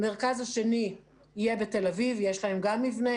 המרכז השני יהיה בתל אביב שגם להם יש מבנה.